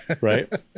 Right